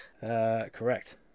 Correct